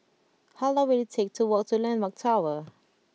how long will it take to walk to Landmark Tower